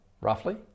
roughly